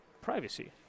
privacy